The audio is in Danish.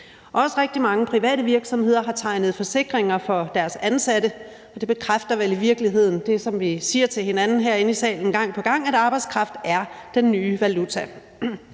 rigtig mange private virksomheder har tegnet forsikringer for deres ansatte, og det bekræfter vel i virkeligheden det, som vi gang på gang siger til hinanden herinde i salen, nemlig at arbejdskraft er den nye valuta.